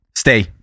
stay